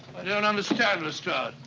i don't understand, lestrade.